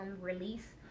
release